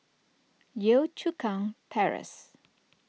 Yio Chu Kang Terrace